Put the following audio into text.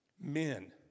Men